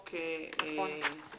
החוקים